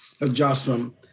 adjustment